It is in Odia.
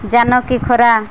ଜାନକି ଖରା